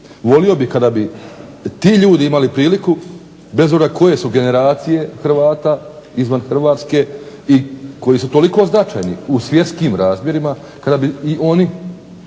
Volio bih kada bi ti ljudi imali priliku, bez obzira koje su generacije hrvata izvan Hrvatske, i koliko su značajni u svjetskim razmjerima kada bi oni